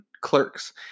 clerks